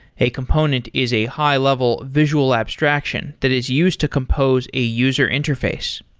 a component is a high level visual abstraction that is used to compose a user interface.